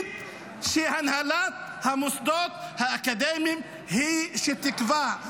להגיד שהנהלת המוסדות האקדמיים היא שתקבע.